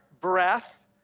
breath